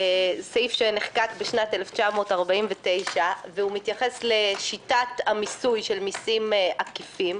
סעיף שנחקק בשנת 1949 והוא מתייחס לשיטת המיסוי של מסים עקיפים,